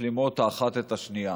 שהן משלימות האחת את השנייה.